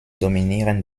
dominieren